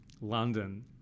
London